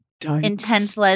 intense